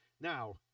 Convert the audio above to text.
Now